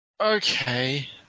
Okay